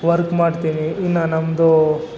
work ಮಾಡ್ತೀನಿ ಇನ್ನೂ ನಮ್ಮದು